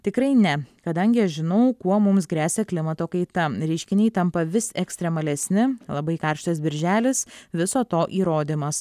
tikrai ne kadangi aš žinau kuo mums gresia klimato kaita reiškiniai tampa vis ekstremalesni labai karštas birželis viso to įrodymas